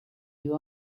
you